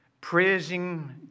Praising